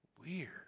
weird